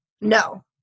No